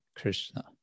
Krishna